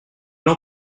n’en